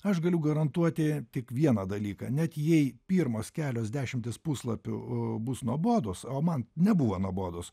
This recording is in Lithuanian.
aš galiu garantuoti tik vieną dalyką net jei pirmos kelios dešimtys puslapių bus nuobodūs o man nebuvo nuobodūs